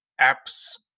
apps